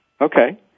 Okay